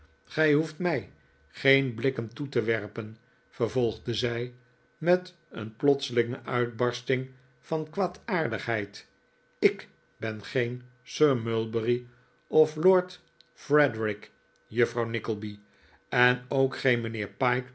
gij hoeft mij geen blikken toe te werpen vervolgde zij met een plotselinge uitbarsting van kwaadaardigheid ik ben geen sir mulberry of lord frederik juffrouw nickleby en ook geen mijnheer pyke